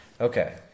Okay